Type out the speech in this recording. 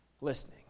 listening